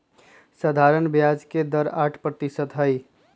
सधारण ब्याज के दर आठ परतिशत हई